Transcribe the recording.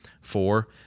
four